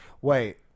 Wait